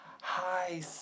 hi